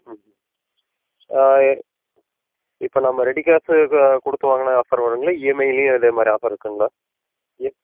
ம் ம் இப்போ நம்ம ரெடி கேஷு க கொடுத்து வாங்கினா ஆஃபர் வருங்களா இஎம்ஐலையே அதே மாதிரி ஆஃபர் இருக்குங்களா இ